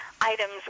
items